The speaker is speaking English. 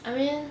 I mean